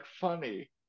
funny